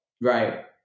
Right